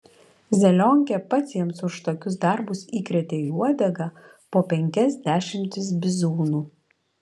zelionkė pats jiems už tokius darbus įkrėtė į uodegą po penkias dešimtis bizūnų